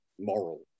moral